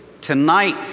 tonight